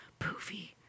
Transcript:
poofy